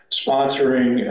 sponsoring